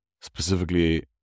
specifically